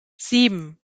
sieben